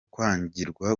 kwangirwa